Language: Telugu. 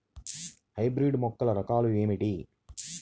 హైబ్రిడ్ మొక్కల రకాలు ఏమిటి?